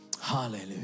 Hallelujah